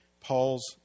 Paul's